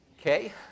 Okay